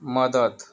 मदत